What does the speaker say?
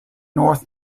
north